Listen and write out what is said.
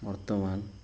ବର୍ତ୍ତମାନ